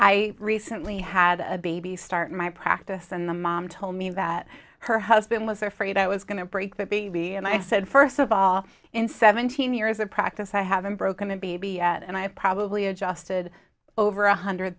i recently had a baby start my practice and the mom told me that her husband was afraid i was going to break the baby and i said first of all in seventeen years of practice i haven't broken the baby yet and i probably adjusted over one hundred